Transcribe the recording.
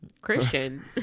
Christian